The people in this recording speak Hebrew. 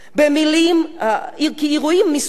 כי אירועים מסוג זה,